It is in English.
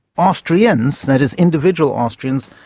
austrians, that is individual austrians,